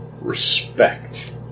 respect